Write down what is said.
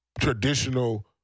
traditional